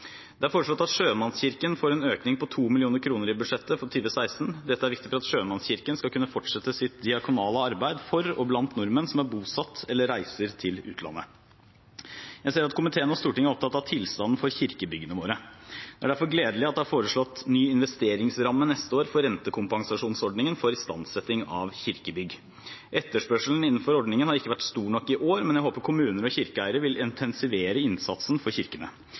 Det er foreslått at Sjømannskirken får en økning på 2 mill. kr i budsjettet for 2016. Dette er viktig for at Sjømannskirken skal kunne fortsette sitt diakonale arbeid for og blant nordmenn som er bosatt i eller reiser til utlandet. Jeg ser at komiteen og Stortinget er opptatt av tilstanden for kirkebyggene våre. Det er derfor gledelig at det er foreslått en ny investeringsramme neste år for rentekompensasjonsordningen for istandsetting av kirkebygg. Etterspørselen innenfor ordningen har ikke vært stor nok i år, men jeg håper kommuner og kirkeeiere vil intensivere innsatsen for kirkene.